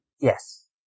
Yes